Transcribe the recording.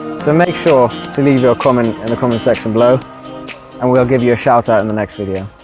so make sure to leave your comments in the comment-section below and we will give you a shout out in the next video.